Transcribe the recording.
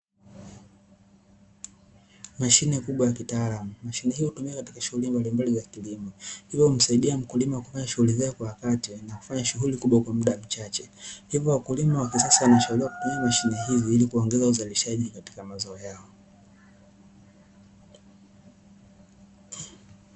Mashine kubwa ya kitaalamu mashine hiyo hutumika katika shughuli mbalimbali za kilimo, hivyo humsaidia mkulima kufanya shughuli zake kwa wakati na kwa muda mchache hivyo wakulima hutumia mashine hizo ili kuongeza uzalishaji katika mazao yao.